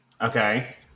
Okay